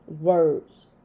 words